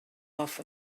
off